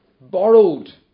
borrowed